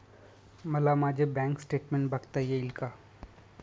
मला माझे bank statement बघता येईल का?